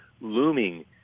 looming